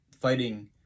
fighting